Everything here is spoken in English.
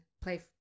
play